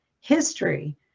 history